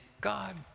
God